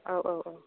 औ औ औ